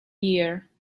year